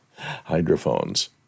hydrophones